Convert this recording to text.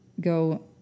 go